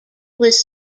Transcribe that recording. was